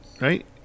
right